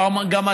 מצאנו גם 3.1,